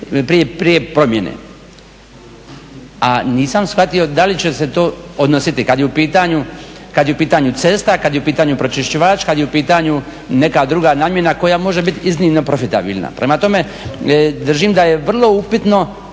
prije promjene. A nisam shvatio da li će se to odnositi kada je u pitanju cesta, kada je u pitanju pročiščivać, kada je u pitanju neka druga namjena koja može biti iznimno profitabilna. Prema tome, držim da je vrlo upitno